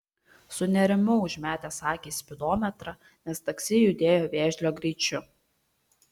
sunerimau užmetęs akį į spidometrą nes taksi judėjo vėžlio greičiu